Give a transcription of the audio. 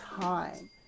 time